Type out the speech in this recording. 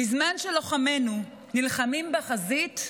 בזמן שלוחמינו נלחמים בחזית,